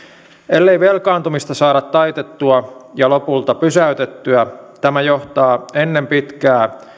ellei velkaantumista saada taitettua ja lopulta pysäytettyä tämä johtaa ennen pitkää